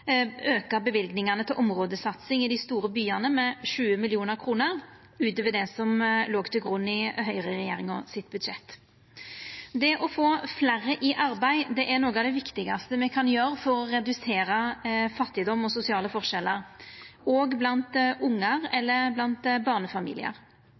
til områdesatsing i dei store byane med 20 mill. kr utover det som låg til grunn i budsjettet til Høgre-regjeringa. Det å få fleire i arbeid er noko av det viktigaste me kan gjera for å redusera fattigdom og sosiale forskjellar, òg blant ungar